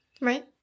Right